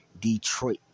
Detroit